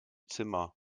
zimmer